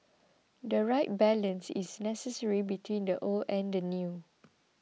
the right balance is necessary between the old and the new